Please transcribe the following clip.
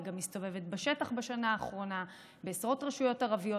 אני גם מסתובבת בשטח בשנה האחרונה בעשרות רשויות ערביות,